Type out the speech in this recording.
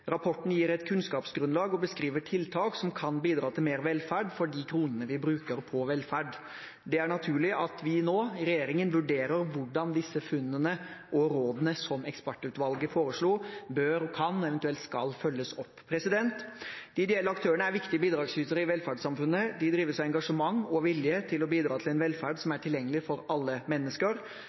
Rapporten gir et kunnskapsgrunnlag og beskriver tiltak som kan bidra til mer velferd for de kronene vi bruker på velferd. Det er naturlig at vi nå i regjeringen vurderer hvordan disse funnene og rådene som ekspertutvalget foreslo, bør og kan eller eventuelt skal følges opp. De ideelle aktørene er viktige bidragsytere i velferdssamfunnet. De drives av engasjement og vilje til å bidra til en velferd som er tilgjengelig for alle mennesker.